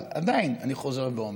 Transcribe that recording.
אבל עדיין אני חוזר ואומר,